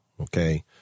okay